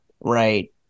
Right